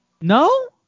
No